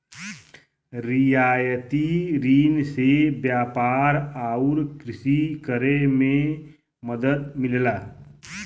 रियायती रिन से व्यापार आउर कृषि करे में मदद मिलला